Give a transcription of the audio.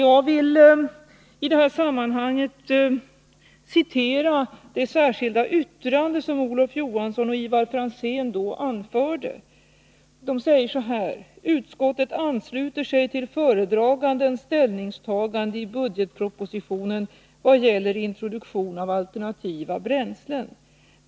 Jag vill i sammanhanget citera det särskilda yttrande som Olof Johansson och Ivar Franzén då gjorde: ”Utskottet ansluter sig till föredragandens ställningstagande i budgetpropositionen vad gäller introduktion av alternativa bränslen.